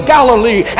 Galilee